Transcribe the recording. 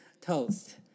toast